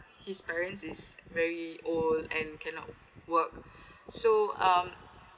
his parents is very old and cannot work so um